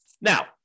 Now